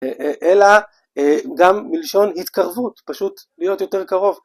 אלא גם מלשון התקרבות, פשוט להיות יותר קרוב.